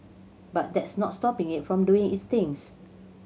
but that's not stopping it from doing its things